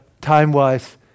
time-wise